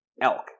elk